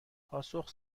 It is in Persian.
پاسخ